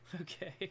Okay